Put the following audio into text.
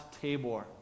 Tabor